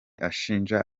ashinja